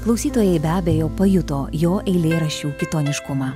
klausytojai be abejo pajuto jo eilėraščių kitoniškumą